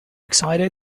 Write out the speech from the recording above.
excited